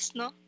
no